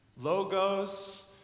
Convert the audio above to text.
Logos